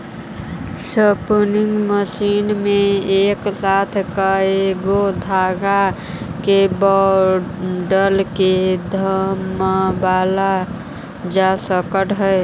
spinning machine में एक साथ कएगो धाग के बंडल के घुमावाल जा सकऽ हई